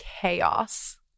chaos